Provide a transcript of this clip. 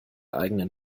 eigenen